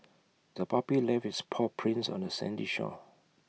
the puppy left its paw prints on the sandy shore